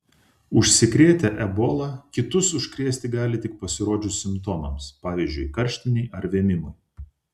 užsikrėtę ebola kitus užkrėsti gali tik pasirodžius simptomams pavyzdžiui karštinei ar vėmimui